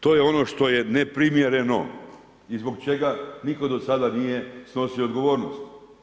To je ono što je neprimjereno i zbog čega nitko do sada nije snosio odgovornost.